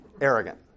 Arrogant